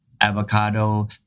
avocado